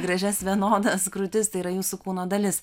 gražias vienodas krūtis tai yra jūsų kūno dalis